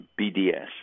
BDS